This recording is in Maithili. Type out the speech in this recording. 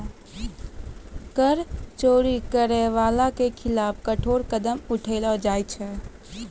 कर चोरी करै बाला के खिलाफ कठोर कदम उठैलो जाय रहलो छै